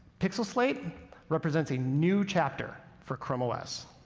pixel slate represents a new chapter for chrome os.